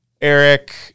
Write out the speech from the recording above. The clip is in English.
Eric